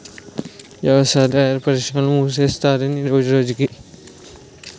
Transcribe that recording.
వ్యవసాయాదార పరిశ్రమలు మూసేస్తున్నరు రోజురోజకి